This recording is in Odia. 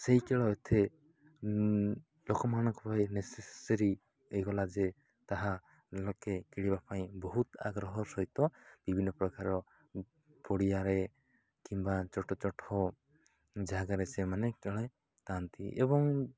ସେହି ଖେଳ ଏତେ ଲୋକମାନଙ୍କ ଭାଇ ନେସେସରି ହେଇଗଲା ଯେ ତାହା ଲୋକେ ଖେଳିବା ପାଇଁ ବହୁତ ଆଗ୍ରହର ସହିତ ବିଭିନ୍ନ ପ୍ରକାର ପଡ଼ିଆରେ କିମ୍ବା ଛୋଟ ଛୋଟ ଜାଗାରେ ସେମାନେ ଖେଳେଥାନ୍ତି ଏବଂ